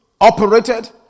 operated